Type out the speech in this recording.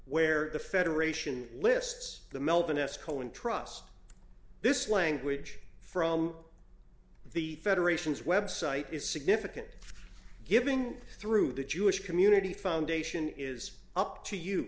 where the federation lists the melvin s cohen trust this language from the federation's website is significant giving through the jewish community foundation is up to you